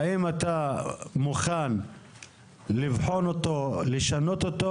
האם אתה מוכן לבחון אותו או לשנות אותו?